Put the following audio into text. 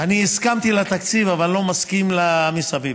אני הסכמתי לתקציב אבל אני לא מסכים למסביב.